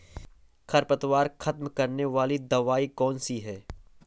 खरपतवार खत्म करने वाली दवाई कौन सी है?